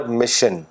mission